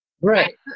Right